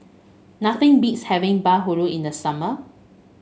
nothing beats having bahulu in the summer